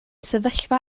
sefyllfa